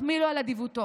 מחמיא לו על אדיבותו.